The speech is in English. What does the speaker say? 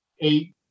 eight